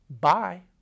Bye